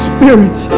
Spirit